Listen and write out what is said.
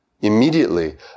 immediately